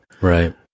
right